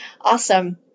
Awesome